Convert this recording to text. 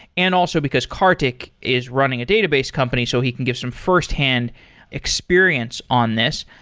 and also because karthik is running a database company, so he can get some firsthand experience on this.